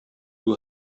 who